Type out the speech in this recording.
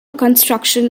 construction